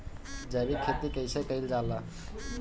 जैविक खेती कईसे कईल जाला?